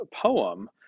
poem